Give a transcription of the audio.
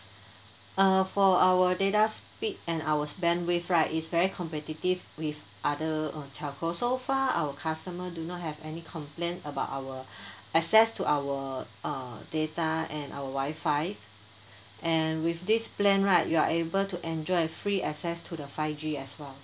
err for our data speed and our bandwidth right is very competitive with other uh telco so far our customer do not have any complaint about our access to our uh data and our wifi and with this plan right you are able to enjoy a free access to the five G as well